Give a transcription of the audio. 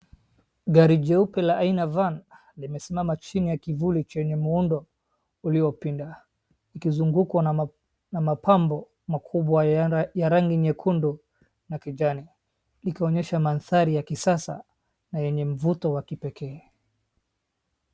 Gari jeupe la aina Van limesimama chini ya kivuli chenye muundo uliopinda ikizungukwa na mapambo makubwa ya rangi nyekundu na kijani ikionyesha mandhari ya kisasa na yenye mvuto wa kipekee.